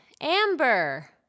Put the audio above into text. Amber